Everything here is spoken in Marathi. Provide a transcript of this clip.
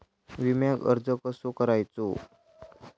विम्याक अर्ज कसो करायचो?